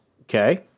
okay